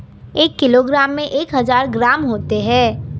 एक किलोग्राम में एक हज़ार ग्राम होते हैं